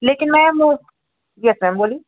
लेकिन ma'am yes ma'am बोलिए